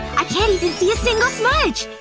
i can't even see a single smudge